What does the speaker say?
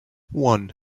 one